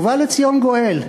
ובא לציון גואל.